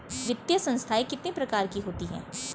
वित्तीय संस्थाएं कितने प्रकार की होती हैं?